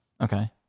Okay